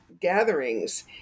gatherings